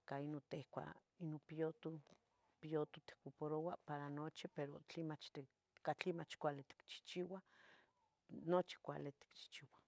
ica ino tihcua ino piyutoh, piyutoh ticuparouah para nochi, pero tlemach ti catli cuali ticchihciuah, nochi cuali ticchihchiuah